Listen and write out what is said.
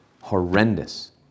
horrendous